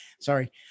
Sorry